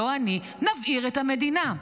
לא אני: נבעיר את המדינה.